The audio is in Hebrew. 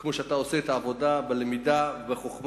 שכמו שאתה עושה את העבודה בלמידה ובחוכמה,